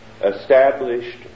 established